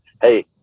hey